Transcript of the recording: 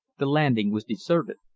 the landing was deserted,